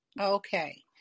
Okay